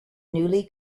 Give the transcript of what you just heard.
newly